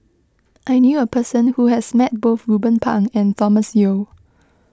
I knew a person who has met both Ruben Pang and Thomas Yeo